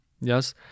Yes